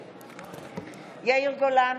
נגד יאיר גולן,